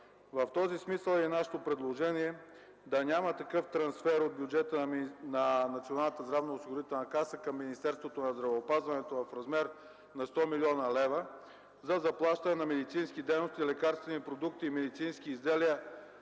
В този смисъл е и нашето предложение – да няма трансфер от бюджета на Националната здравноосигурителна каса към Министерството на здравеопазването в размер на 100 млн. лв. за заплащане на медицински дейности, лекарствени продукти и медицински изделия